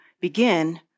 begin